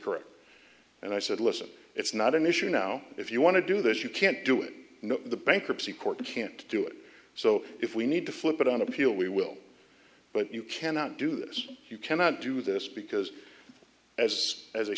correct and i said listen it's not an issue now if you want to do this you can't do it the bankruptcy court can't do it so if we need to flip it on appeal we will but you cannot do this you cannot do this because as as a